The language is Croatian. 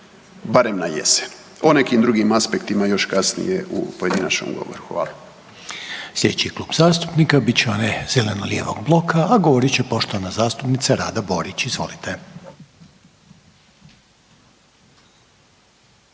barem na jesen. O nekim drugim aspektima još kasnije u pojedinačnom govoru. Hvala.